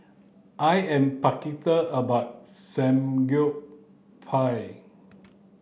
I am about